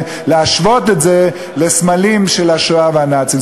להשוות את זה לסמלים של השואה והנאצים.